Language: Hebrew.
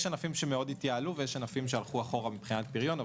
יש ענפים שמאוד התייעלו ויש ענפים שהלכו אחורה מבחינת פריון.